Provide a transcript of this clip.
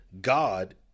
God